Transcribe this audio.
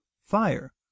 fire